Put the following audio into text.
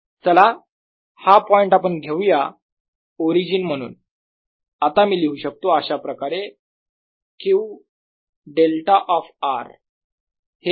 चला हा पॉईंट आपण घेऊया ओरिजिन म्हणून आता मी लिहू शकतो अशाप्रकारे Q डेल्टा ऑफ r